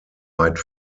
weit